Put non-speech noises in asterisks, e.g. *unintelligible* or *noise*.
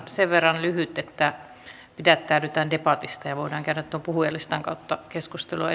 sen verran lyhyt että pidättäydytään debatista ja voidaan käydä tuon puhujalistan kautta keskustelua *unintelligible*